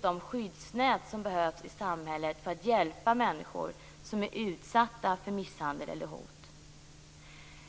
de skyddsnät som finns i samhället för att hjälpa människor som är utsatta för misshandel eller hot.